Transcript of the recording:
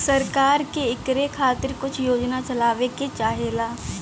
सरकार के इकरे खातिर कुछ योजना चलावे के चाहेला